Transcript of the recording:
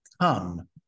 come